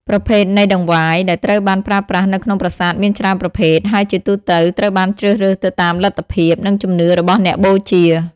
ប្រភេទនៃតង្វាយ ដែលត្រូវបានប្រើប្រាស់នៅក្នុងប្រាសាទមានច្រើនប្រភេទ ហើយជាទូទៅត្រូវបានជ្រើសរើសទៅតាមលទ្ធភាព និងជំនឿរបស់អ្នកបូជា។